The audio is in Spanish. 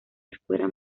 escuela